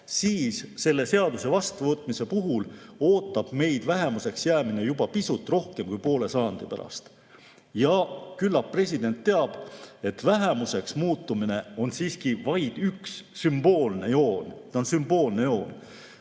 ootab selle seaduse vastuvõtmise puhul meid vähemuseks jäämine juba pisut rohkem kui poole sajandi pärast. Ja küllap president teab, et vähemuseks muutumine on siiski vaid üks sümboolne joon. See on sümboolne joon.